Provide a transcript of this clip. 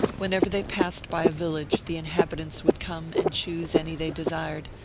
whenever they passed by a village the inhabitants would come and choose any they desired,